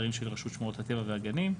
אתרים של רשות שמורות הטבע והגנים,